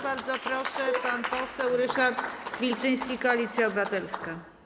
Bardzo proszę, pan poseł Ryszard Wilczyński, Koalicja Obywatelska.